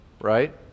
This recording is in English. right